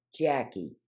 Jackie